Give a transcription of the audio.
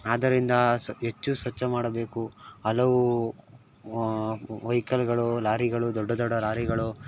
ಆದ್ದರಿಂದ ಹೆಚ್ಚು ಸ್ವಚ್ಛ ಮಾಡಬೇಕು ಹಲವು ವೆಹಿಕಲ್ಗಳು ಲಾರಿಗಳು ದೊಡ್ಡ ದೊಡ್ಡ ಲಾರಿಗಳು